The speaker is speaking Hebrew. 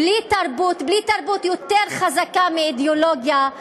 בלי תרבות חזקה יותר מאידיאולוגיה,